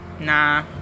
nah